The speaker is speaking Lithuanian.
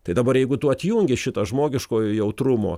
tai dabar jeigu tu atjungi šitą žmogiškojo jautrumo